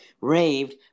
raved